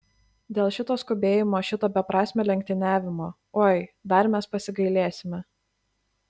dėl šito skubėjimo šito beprasmio lenktyniavimo oi dar mes pasigailėsime